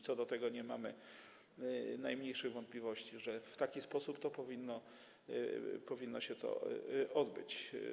Co do tego nie mamy najmniejszych wątpliwości, że w taki sposób powinno się to odbyć.